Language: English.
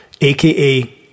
aka